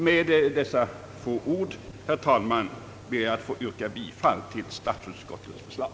Med dessa få ord, herr talman, ber jag att få yrka bifall till statsutskottets förslag.